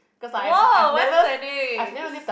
!wow! why Saint-Nick's